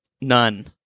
None